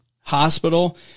Hospital